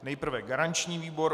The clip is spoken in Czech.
Nejprve garanční výbor.